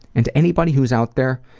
and to anybody who's out there